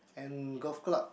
and golf club